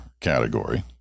category